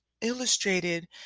illustrated